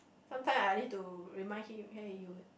sometimes I need to remind him hey you